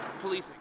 policing